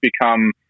become